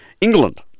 England